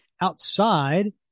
Outside